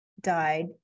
died